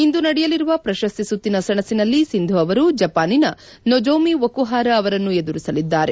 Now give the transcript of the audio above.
ಇಂದು ನಡೆಯಲಿರುವ ಪ್ರಶಸ್ತಿ ಸುತ್ತಿನ ಸೆಣಸಿನಲ್ಲಿ ಸಿಂಧು ಅವರು ಜಪಾನಿನ ನೊಜೊಮಿ ಓಕುಪರಾ ಅವರನ್ನು ಎದುರಿಸಲಿದ್ದಾರೆ